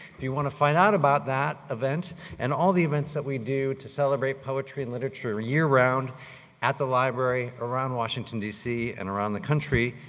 if you want to find out about that event and all the events that we do to celebrate poetry and literature year-round at the library around washington dc and around the country,